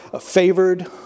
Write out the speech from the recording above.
favored